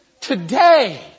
today